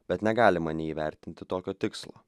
bet negalima neįvertinti tokio tikslo